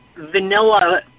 vanilla